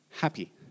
Happy